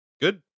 Good